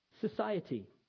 society